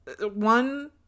one